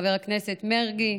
חבר הכנסת מרגי,